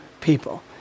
people